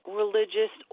religious